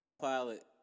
Pilot